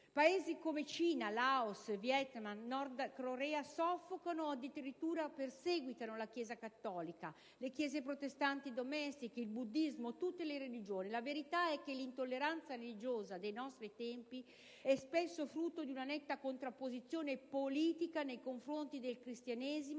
Paesi come Cina, Laos, Vietnam, Nord Corea soffrono o addirittura perseguitano la Chiesa cattolica, le Chiese protestanti domestiche, il buddismo, tutte le religioni. La verità è che l'intolleranza religiosa dei nostri tempi è spesso frutto di una netta contrapposizione politica nei confronti del Cristianesimo